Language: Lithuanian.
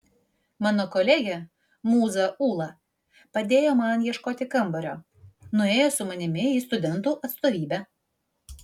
mano kolegė mūza ūla padėjo man ieškoti kambario nuėjo su manimi į studentų atstovybę